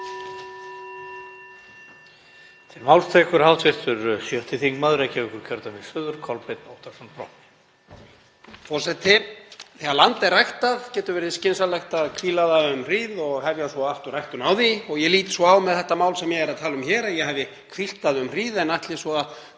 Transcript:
Þegar land er ræktað getur verið skynsamlegt að hvíla það um hríð og hefja svo aftur ræktun á því. Ég lít svo á með mál sem ég er að tala um hér, að ég hafi hvílt það um hríð en ætli svo að